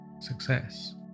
success